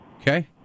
Okay